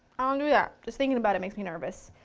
um do that, just thinking about it makes me nervous.